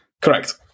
Correct